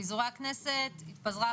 פיזורי הכנסת - התפזרה,